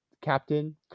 captain